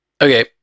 okay